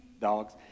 dogs